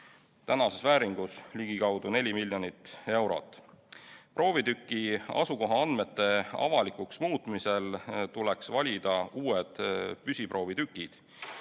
praeguses vääringus ligikaudu 4 miljonit eurot. Proovitüki asukohaandmete avalikuks muutmisel tuleks valida uued püsiproovitükid.